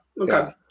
Okay